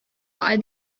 are